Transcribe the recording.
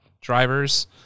drivers